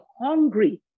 hungry